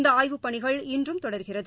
இந்தஆய்வு பணிகள் இன்றும் தொடருகிறது